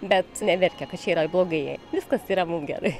bet neverkia kad čia yra blogai jai viskas yra mum gerai